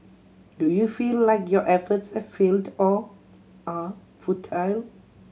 do you feel like your efforts have failed or are futile